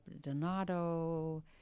Donato